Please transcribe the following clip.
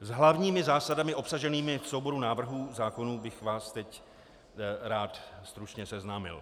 S hlavními zásadami obsaženými v souboru návrhů zákonů bych vás teď rád stručně seznámil.